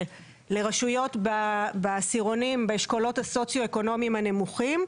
לרשויות בעשירונים באשכולות הסוציואקונומיים הנמוכים,